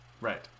Right